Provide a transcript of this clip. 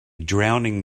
drowning